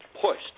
pushed